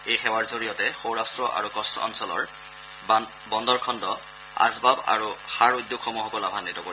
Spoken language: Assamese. এই সেৱাৰ জৰিয়তে সৌৰাট্ট আৰু কচ্ছ অঞ্চলৰ বন্দৰখণ্ড আচবাব আৰু সাৰ উদ্যোগসমূহকো লাভান্নিত কৰিব